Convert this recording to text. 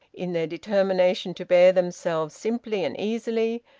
in their determination to bear themselves simply and easily,